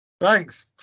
Thanks